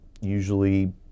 Usually